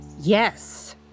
Yes